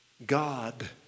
God